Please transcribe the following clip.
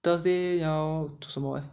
thursday 要煮什么